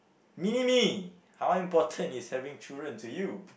mini-me how important is having children to you